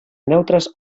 neutres